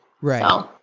Right